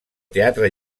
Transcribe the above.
teatre